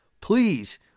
Please